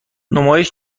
نمایش